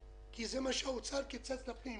באופן כללי בארץ כי זה מה שמשרד האוצר קיצץ למשרד הפנים.